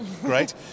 great